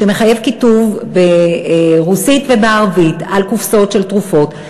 שמחייב כיתוב ברוסית ובערבית על קופסאות של תרופות,